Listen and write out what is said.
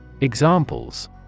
Examples